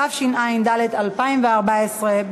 התשע"ד 2014,